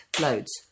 loads